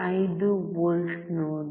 5V ನೋಡಿ